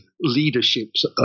leaderships